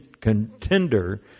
contender